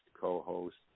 co-host